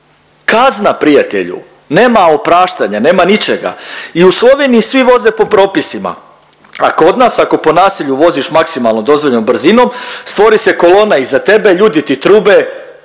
Kazna prijatelju, nema opraštanja, nema ničega. I u Sloveniji svi voze pod propisima. A kod nas ako po naselju voziš maksimalno dozvoljenom brzinom stvori se kolona iza tebe, ljudi ti trube,